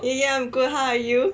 eh ya I am good how are you